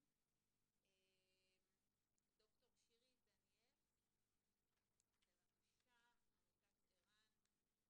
ד"ר שירי דניאלס, בבקשה, עמותת ער"ן.